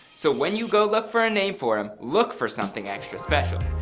so when you go look for a name for him, look for something extra special.